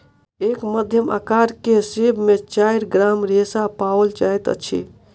एक मध्यम अकार के सेब में चाइर ग्राम रेशा पाओल जाइत अछि